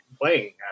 playing